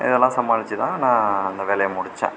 இதெல்லாம் சமாளித்து தான் நான் அந்த வேலையை முடித்தேன்